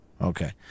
Okay